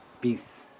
peace